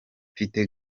mfite